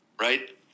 right